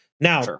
Now